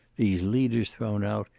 these leaders thrown out,